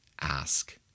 Ask